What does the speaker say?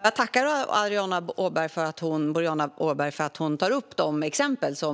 Fru talman! Jag tackar Boriana Åberg för att hon tar upp dessa exempel på